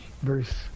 verse